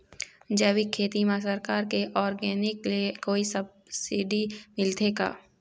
जैविक खेती म सरकार के ऑर्गेनिक ले कोई सब्सिडी मिलथे का?